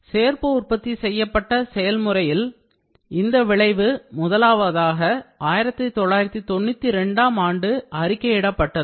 சேர்ப்பு உற்பத்தி செயல்முறையில் இந்த விளைவு முதலாவதாக 1992 ஆம் ஆண்டு அறிக்கையிடப்பட்டது